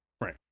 Right